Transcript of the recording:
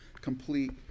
complete